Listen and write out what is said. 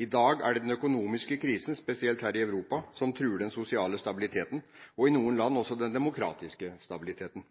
I dag er det den økonomiske krisen, spesielt her i Europa, som truer den sosiale stabiliteten og, i noen land, også den demokratiske stabiliteten.